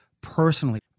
personally